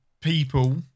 people